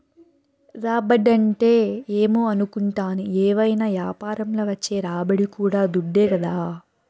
రాబడంటే ఏమో అనుకుంటాని, ఏవైనా యాపారంల వచ్చే రాబడి కూడా దుడ్డే కదా